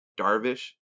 Darvish